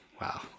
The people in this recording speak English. wow